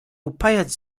upajać